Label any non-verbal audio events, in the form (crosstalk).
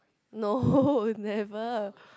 no (laughs) never